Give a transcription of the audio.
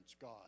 God